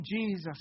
Jesus